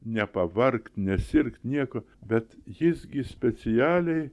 nepavargt nesirgt nieko bet jis gi specialiai